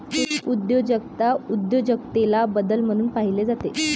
उद्योजकता उद्योजकतेला बदल म्हणून पाहिले जाते